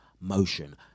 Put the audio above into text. Motion